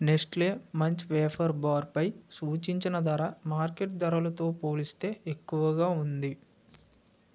Nestle Munch wafer బార్పై సూచించిన ధర మార్కెట్ ధరలతో పోలిస్తే ఎక్కువగా ఉంది